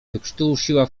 wykrztusiła